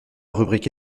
rubrique